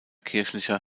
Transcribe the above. kirchlicher